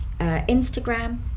Instagram